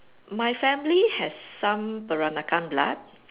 my family has some Peranakan blood